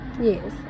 Yes